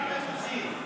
יש רק תירוצים.